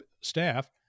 staff